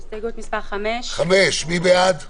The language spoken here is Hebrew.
הסתייגות מס' 4. מי בעד ההסתייגות?